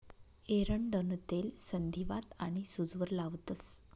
एरंडनं तेल संधीवात आनी सूजवर लावतंस